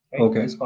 Okay